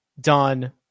done